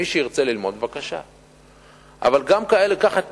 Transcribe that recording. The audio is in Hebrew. מי שירצה ללמוד, בבקשה, אבל גם כאלה, קח את